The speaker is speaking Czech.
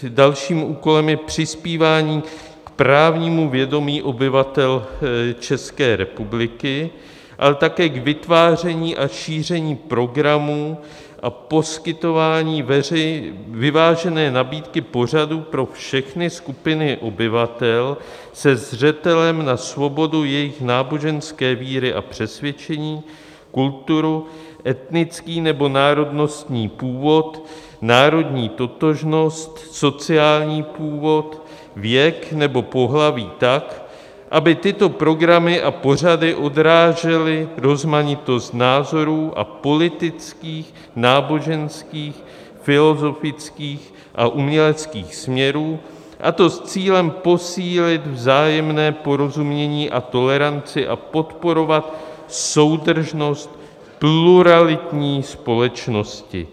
Dalším úkolem je přispívání k právnímu vědomí obyvatel České republiky, ale také k vytváření a šíření programů a poskytování vyvážené nabídky pořadů pro všechny skupiny obyvatel se zřetelem na svobodu jejich náboženské víry a přesvědčení, kulturu, etnický nebo národnostní původ, národní totožnost, sociální původ, věk nebo pohlaví tak, aby tyto programy a pořady odrážely rozmanitost názorů a politických, náboženských, filozofických a uměleckých směrů, a to s cílem posílit vzájemné porozumění a toleranci a podporovat soudržnost pluralitní společnosti.